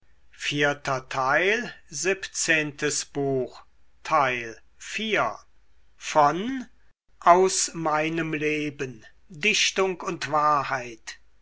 goethe aus meinem leben dichtung und wahrheit